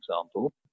example